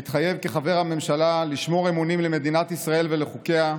מתחייב כחבר הממשלה לשמור אמונים למדינת ישראל ולחוקיה,